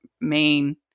main